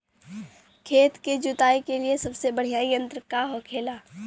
खेत की जुताई के लिए सबसे बढ़ियां यंत्र का होखेला?